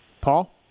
Paul